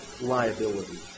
liability